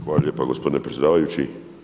Hvala lijepa gospodine predsjedavajući.